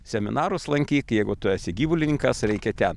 seminarus lankyk jeigu tu esi gyvulininkas reikia ten